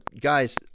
guys